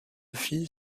fit